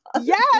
Yes